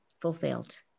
fulfilled